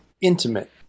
intimate